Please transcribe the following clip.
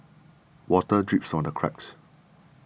water drips from the cracks